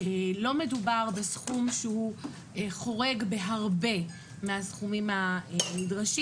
לא מדובר בסכום שחורג בהרבה מהסכומים הנדרשים.